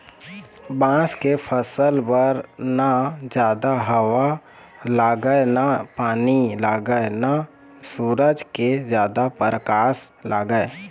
बांस के फसल बर न जादा हवा लागय न पानी लागय न सूरज के जादा परकास लागय